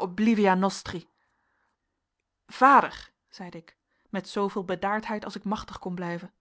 oblivia nostri vader zeide ik met zooveel bedaardheid als ik machtig kon blijven